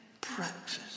practice